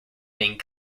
being